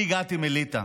אני הגעתי מליטא.